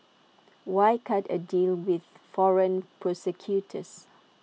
why cut A deal with foreign prosecutors